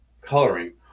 coloring